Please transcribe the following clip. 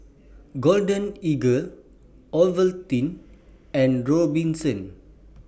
Golden Eagle Ovaltine and Robinsons